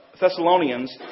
Thessalonians